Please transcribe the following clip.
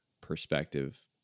perspective